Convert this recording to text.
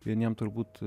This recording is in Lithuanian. vieniem turbūt